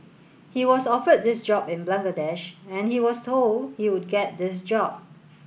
he was offered this job in Bangladesh and he was told he would get this job